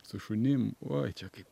su šunim uoi čia kaip